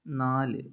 നാല്